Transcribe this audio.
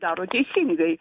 daro teisingai